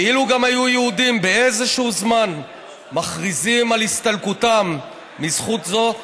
ואילו גם היו יהודים באיזשהו זמן מכריזים על הסתלקותם מזכות זו,